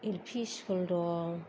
L P school दं